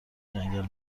جنگل